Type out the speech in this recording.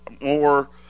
more